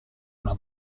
una